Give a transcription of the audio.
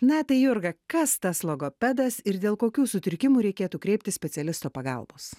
na tai jurga kas tas logopedas ir dėl kokių sutrikimų reikėtų kreiptis specialisto pagalbos